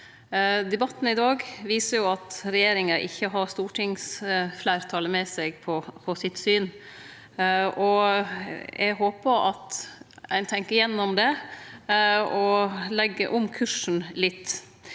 Debatten i dag viser jo at regjeringa ikkje har stortingsfleirtalet med seg i sitt syn, og eg håpar at ein tenkjer igjennom det og legg om kursen litt.